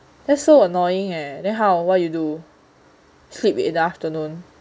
that's so annoying eh then how what you do sleep in the afternoon